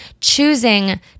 choosing